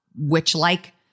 witch-like